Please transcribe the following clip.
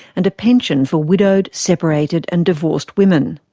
and a pension for widowed, separated and divorced women.